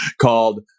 called